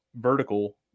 vertical